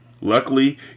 Luckily